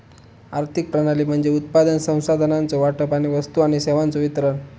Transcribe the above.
आर्थिक प्रणाली म्हणजे उत्पादन, संसाधनांचो वाटप आणि वस्तू आणि सेवांचो वितरण